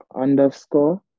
underscore